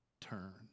turn